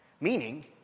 Meaning